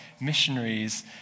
missionaries